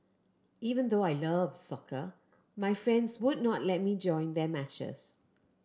even though I love soccer my friends would not let me join their matches